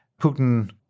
Putin—